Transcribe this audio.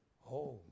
home